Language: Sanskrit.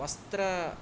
वस्त्र